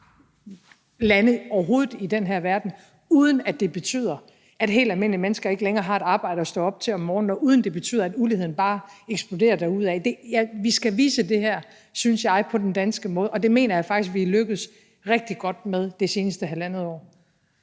lande overhovedet i den her verden – uden at det betyder, at helt almindelige mennesker ikke længere har et arbejde at stå op til om morgenen, og uden det betyder, at uligheden bare eksploderer derudad. Vi skal vise det her, synes jeg, på den danske måde, og det mener jeg faktisk vi er lykkedes rigtig godt med det seneste halvandet år.